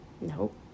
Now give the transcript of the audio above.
nope